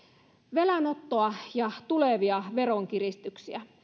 velanottoa ja tulevia veronkiristyksiä